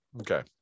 okay